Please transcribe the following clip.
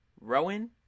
Rowan